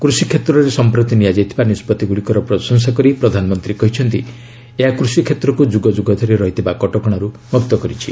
କୃଷିକ୍ଷେତ୍ରରେ ସଂପ୍ରତି ନିଆଯାଇଥିବା ନିଷ୍ପଭିଗୁଡ଼ିକର ପ୍ରଶଂସା କରି ପ୍ରଧାନମନ୍ତ୍ରୀ କହିଛନ୍ତି ଏହା କୃଷିକ୍ଷେତ୍ରକୁ ଯୁଗଯୁଗ ଧରି ରହିଥିବା କଟକଶାରୁ ମୁକ୍ତ କରିଛି